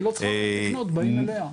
היא לא צריכה לפנות, באים אליה.